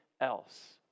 else